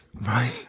Right